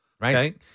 right